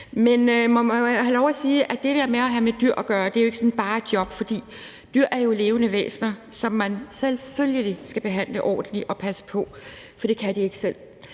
at det der med at have med dyr at gøre jo ikke sådan bare er et job, for dyr er jo levende væsener, som man selvfølgelig skal behandle ordentligt og passe på, for det kan de ikke selv.